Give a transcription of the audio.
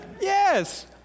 Yes